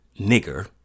nigger